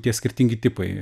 tie skirtingi tipai